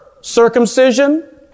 circumcision